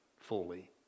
fully